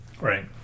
Right